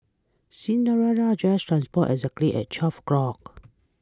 Cinderella's dress transported exactly at twelve o'clock